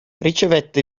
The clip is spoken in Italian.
ricevette